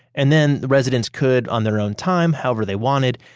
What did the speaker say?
and then the residents could on their own time, however they wanted,